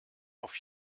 auf